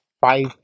five